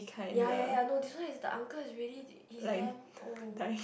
ya ya ya no this one is the uncle is really he damn old